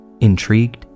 Intrigued